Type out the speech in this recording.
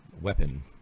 Weapon